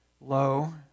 low